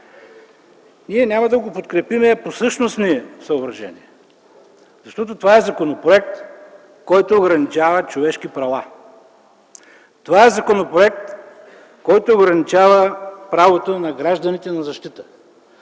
Ние няма да го подкрепим по същностни съображения. Това е законопроект, който ограничава човешки права. Това е законопроект, който ограничава правото на гражданите на защита.